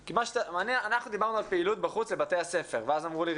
אנחנו דיברנו על פעילות מחוץ לבתי הספר ואז אמרו לי,